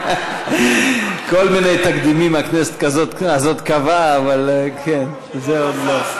כל מיני תקדימים הכנסת הזאת קבעה, אבל זה עוד לא.